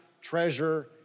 treasure